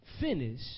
finish